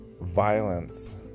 violence